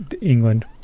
England